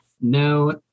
No